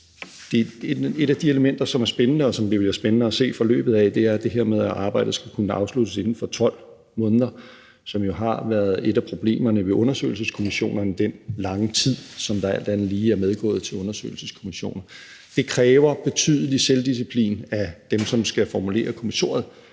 Et af de elementer, som er spændende, og som det bliver spændende at se forløbet af, er det her med, at arbejdet skal kunne afsluttes inden for 12 måneder, som jo har været et af problemerne ved undersøgelseskommissioner, altså den lange tid, som der alt andet lige er medgået til undersøgelseskommissioner. Det kræver betydelig selvdisciplin af dem, som skal formulere kommissoriet,